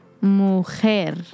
Mujer